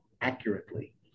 accurately